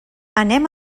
anem